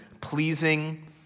pleasing